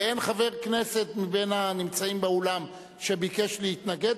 ואין חבר כנסת מהנמצאים באולם שביקש להתנגד.